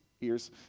ears